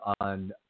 on